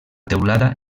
teulada